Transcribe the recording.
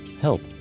Help